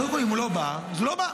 קודם כול, אם הוא לא, אז הוא לא בא.